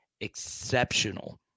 exceptional